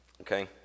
okay